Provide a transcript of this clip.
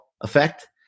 effect